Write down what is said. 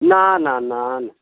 না না না না